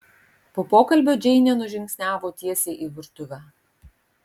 po pokalbio džeinė nužingsniavo tiesiai į virtuvę